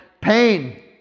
pain